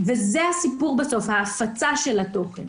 וזה הסיפור ההפצה של התוכן.